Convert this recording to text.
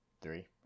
three